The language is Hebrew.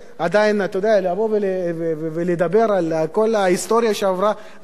לבוא ולדבר על כל ההיסטוריה שעברה מדינת ישראל,